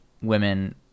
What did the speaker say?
women